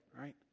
right